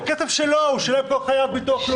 זה כסף שלו, הוא שילם כל חייו ביטוח לאומי.